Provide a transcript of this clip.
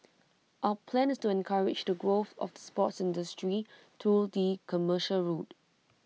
our plan is to encourage the growth of the sports industry through the commercial route